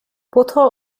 butter